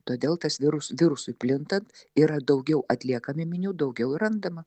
todėl tas virus virusui plintant yra daugiau atliekam ėminių daugiau ir randama